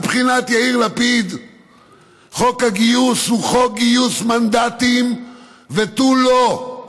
מבחינת יאיר לפיד חוק הגיוס הוא חוק גיוס מנדטים ותו לא.